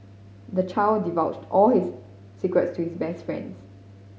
the child divulged all his secrets to his best friend